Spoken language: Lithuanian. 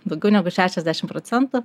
daugiau negu šešiasdešimt procentų